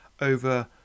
over